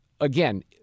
again